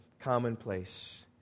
commonplace